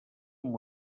amb